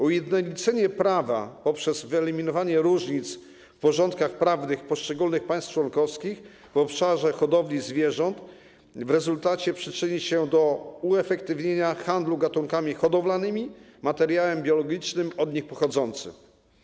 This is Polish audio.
Ujednolicenie prawa poprzez wyeliminowanie różnic w porządkach prawnych poszczególnych państw członkowskich w obszarze hodowli zwierząt w rezultacie przyczyni się do uefektywnienia handlu gatunkami hodowlanymi i materiałem biologicznym od nich pochodzącym.